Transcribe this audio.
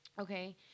Okay